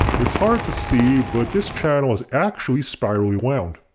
it's hard to see but this channel is actually spirally wound.